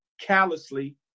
callously